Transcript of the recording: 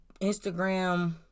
Instagram